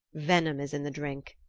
venom is in the drink,